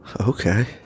Okay